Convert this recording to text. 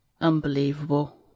unbelievable